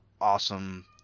awesome